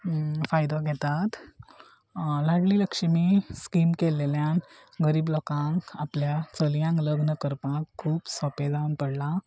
फायदो घेतात लाडली लक्ष्मी स्कीम केल्लेल्यान गरीब लोकांक आपल्या चलयांक लग्न करपाक खूब सोपें जावन पडला